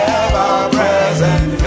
ever-present